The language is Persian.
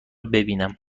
ببینم